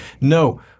No